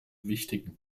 wichtigen